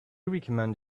recommend